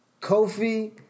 Kofi